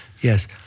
Yes